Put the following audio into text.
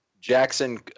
Jackson